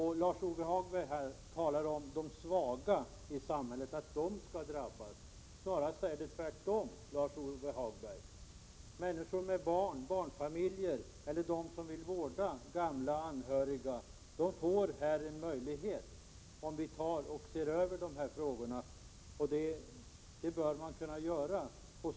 Lars-Ove Hagberg talar om att de svaga i samhället drabbas. Det är väl snarare tvärtom. Barnfamiljer och människor som vill vårda gamla anhöriga ges möjlighet till flexibel arbetstid. Det bör alltså ske en allsidig översyn av dessa frågor.